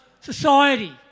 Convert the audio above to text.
Society